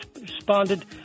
responded